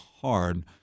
hard